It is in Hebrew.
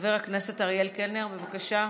חבר הכנסת אריאל קלנר, בבקשה.